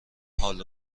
حال